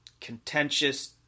contentious